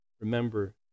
remember